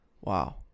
wow